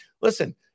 listen